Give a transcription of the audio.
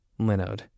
linode